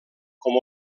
com